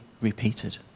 repeated